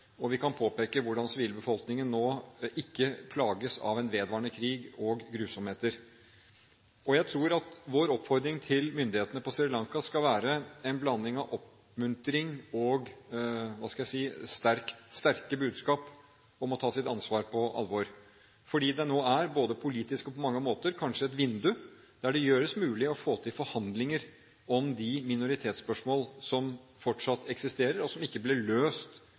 Vi kan påpeke hvordan sivilbefolkningen nå ikke plages av en vedvarende krig og grusomheter. Jeg tror at vår oppfordring til myndighetene på Sri Lanka skal være en blanding av oppmuntring og sterke budskap om å ta sitt ansvar på alvor, fordi det nå kanskje er – både politisk og på mange måter – et vindu hvor det gjøres mulig å få til forhandlinger om de minoritetsspørsmål som fortsatt eksisterer, og som ikke blir løst